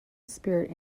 spirit